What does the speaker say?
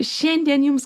šiandien jums